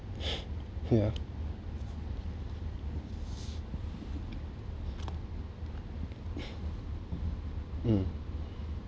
yeah mm